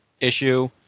issue